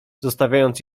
zostawiając